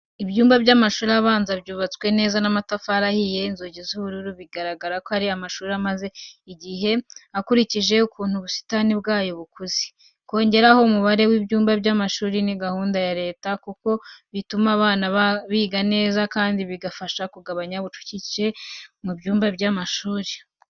Ibyumba by'amashuri abanza byubatswe neza n'amatafari ahiye, inzugi z'ubururu, bigaragara ko ari amashuri amaze igihe ukurikije ukuntu ubusitani bwayo bwakuze. Kongera umubare w'ibyumba by'amashuri ni gahunda ya leta kuko bituma abana biga neza kandi bigafasha kugabanya ubucucike mu byumba by’amashuri.